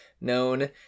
known